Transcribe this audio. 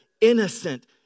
innocent